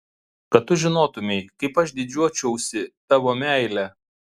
kad tu žinotumei kaip aš didžiuočiausi tavo meile